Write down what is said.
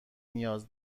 نیاز